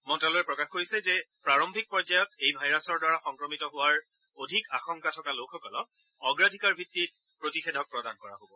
মন্ত্যালয়ে প্ৰকাশ কৰিছে যে প্ৰাৰম্ভিক পৰ্যায়ত এই ভাইৰাছৰ দ্বাৰা সংক্ৰমিত হোৱাৰ অধিক আশংকা থকা লোকসকলক অগ্ৰাধিকাৰ ভিত্তিত প্ৰতিষেধক প্ৰদান কৰা হ'ব